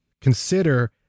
consider